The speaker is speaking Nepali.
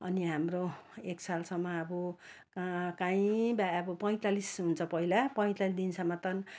अनि हाम्रो एक सालसम्म अब क कहीँ बा अब पैँसालिस हुन्छ पहिला पैँतालिस दिनसम्म त